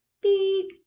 Beep